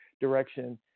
direction